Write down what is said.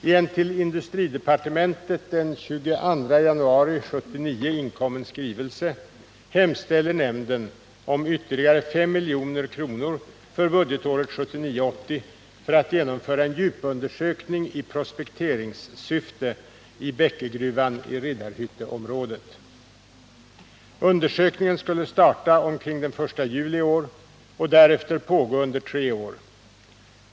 I en till industridepartementet den 22 januari 1979 inkommen skrivelse hemställer nämnden om ytterligare 5 milj.kr. för budgetåret 1979/80 för att genomföra en djupundersökning i prospekteringssyfte i Bäckegruvan i Riddarhytteområdet. Undersökningen skulle starta omkring den 1 juli i år och därefter pågå under tre år.